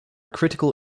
critical